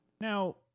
Now